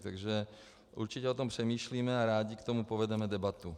Takže určitě o tom přemýšlíme a rádi k tomu povedeme debatu.